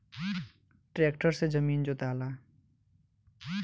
tractor से जमीन जोताला